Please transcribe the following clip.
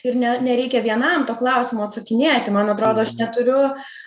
ir ne nereikia vienam to klausimo atsakinėti man atrodo aš neturiu